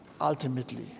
ultimately